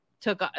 took